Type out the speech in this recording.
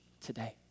today